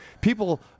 People